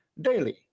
daily